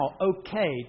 okay